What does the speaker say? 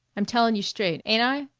i'm tellin' you straight, ain't i?